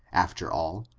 after all,